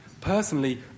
Personally